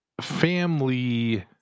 family